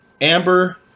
Amber